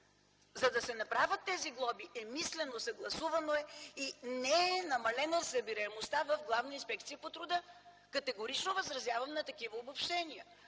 За да се направят тези глоби е мислено, съгласувано е, и не е намалена събираемостта в Главна инспекция по труда. Категорично възразявам на такива обобщения.